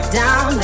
down